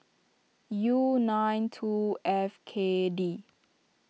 U nine two F K D